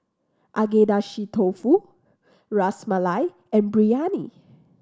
Agedashi Dofu Ras Malai and Biryani